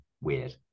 weird